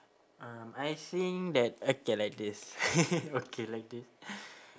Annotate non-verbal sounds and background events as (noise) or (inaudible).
um I think that okay like this (laughs) okay like this (breath)